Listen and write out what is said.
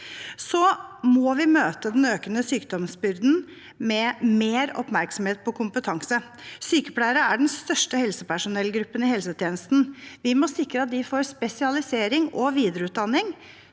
Vi må møte den økende sykdomsbyrden med mer oppmerksomhet på kompetanse. Sykepleiere er den største helsepersonellgruppen i helsetjenesten. Vi må sikre at de får spesialisering og videreutdanning,